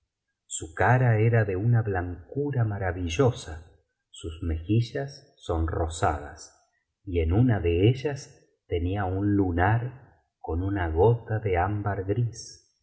su cara era de una blancura maravillosa sus mejillas sonrosadas y en una de ellas tenía un lunar como una gota de ámbar gris